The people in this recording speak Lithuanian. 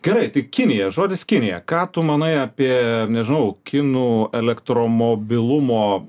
gerai tai kinija žodis kinija ką tu manai apie nežinau kinų elektro mobilumo